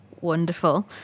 wonderful